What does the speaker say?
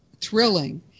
thrilling